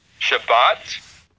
Shabbat